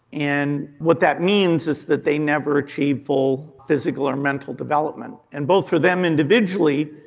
and what that means is that they never achieve full physical or mental development. and both for them individually,